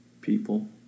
people